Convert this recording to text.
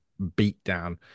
beatdown